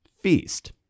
feast